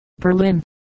Berlin